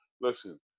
listen